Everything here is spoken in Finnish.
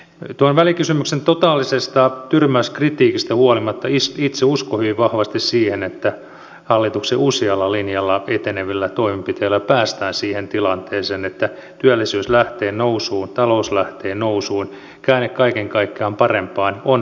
tuon välikysymyksen totaalisesta tyrmäyskritiikistä huolimatta itse uskon hyvin vahvasti siihen että hallituksen usealla linjalla etenevillä toimenpiteillä päästään siihen tilanteeseen että työllisyys lähtee nousuun talous lähtee nousuun ja käänne kaiken kaikkiaan parempaan on täysin mahdollinen